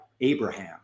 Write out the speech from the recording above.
Abraham